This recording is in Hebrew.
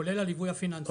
כולל הליווי הפיננסי.